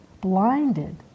blinded